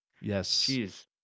yes